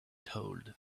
told